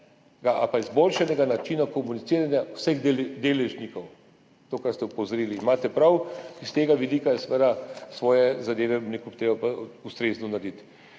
ali izboljšanega načina komuniciranja vseh deležnikov. To, na kar ste opozorili, in imate prav, s tega vidika je seveda svoje zadeve treba ustrezno narediti.